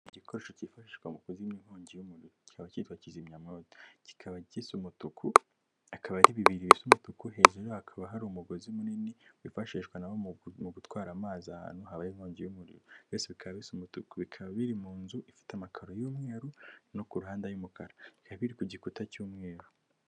Igikoresho cyifashishwa mu kuzimya inkongi y'umuriro kiba cyitwa kizimya mwoto, kikaba gisa umutuku, akaba ari bibiri bisa umutuku, hejuru hakaba hari umugozi munini wifashishwa nawo mu gutwara amazi ahantu habaye inkongi y'umuriro, byose bikaba bisa umutuku, bikaba biri mu nzu ifite amakaro y'umweru, no ku ruhande ay'umukara, bikaba biri ku gikuta cy'umweru.